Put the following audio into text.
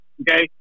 okay